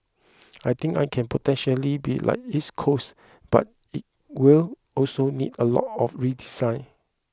I think I can potentially be like East Coast but it will also need a lot of redesign